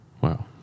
Wow